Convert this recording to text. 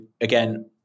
again